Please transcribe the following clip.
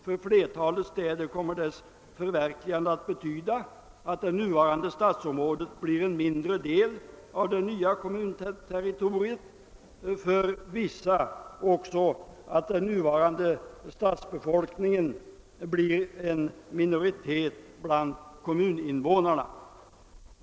För flertalet städer kommer dess förverkligande att betyda att det nuvarande stadsområdet blir en mindre del av det nya kommunterritoriet — för vissa städer också att den nuvarande stadsbefolkningen blir i minoritet bland kommuninvånarna.